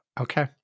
Okay